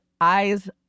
eyes